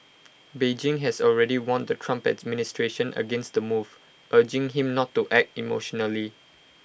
Beijing has already warned the Trump administration against the move urging him not act emotionally